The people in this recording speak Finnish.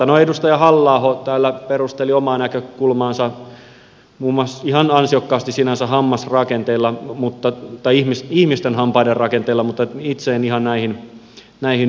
no edustaja halla aho täällä perusteli omaa näkökulmaansa ihan ansiokkaasti sinänsä muun muassa ihmisten hampaiden rakenteilla mutta itse en ihan näihin yhdy